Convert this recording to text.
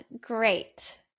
great